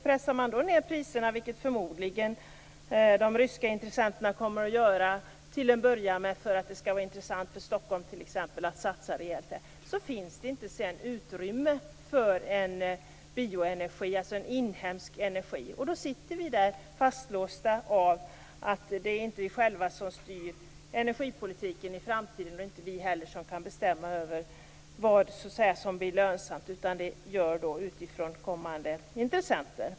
Pressar man ned priserna, vilket förmodligen de ryska intressenterna kommer att göra till en början, för att det skall vara intressant för t.ex. Stockholm att satsa rejält, finns det sedan inte utrymme för bioenergi, alltså en inhemsk energi. Då sitter vi där, fastlåsta av att det inte är vi själva som styr energipolitiken i framtiden och att det inte heller är vi som kan bestämma över vad som blir lönsamt. Det gör kommande intressenter.